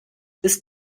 ist